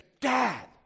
Dad